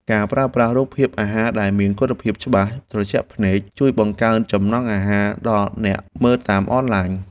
ការប្រើប្រាស់រូបភាពអាហារដែលមានគុណភាពច្បាស់ត្រជាក់ភ្នែក ជួយបង្កើនចំណង់អាហារដល់អ្នកមើលតាមអនឡាញ។